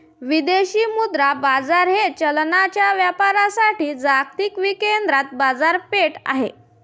विदेशी मुद्रा बाजार हे चलनांच्या व्यापारासाठी जागतिक विकेंद्रित बाजारपेठ आहे